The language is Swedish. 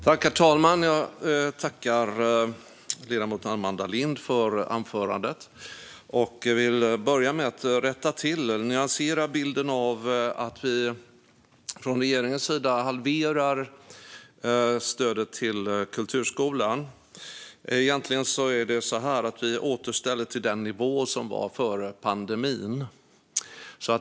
Herr talman! Jag tackar ledamoten Amanda Lind för hennes anförande och vill börja med att rätta till och nyansera bilden av att vi från regeringssidan halverar stödet till kulturskolan. Egentligen är det så att vi återställer stödet till den nivå som var före pandemin.